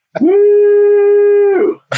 woo